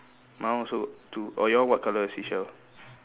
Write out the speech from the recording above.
mine also two oh your one what colour seashell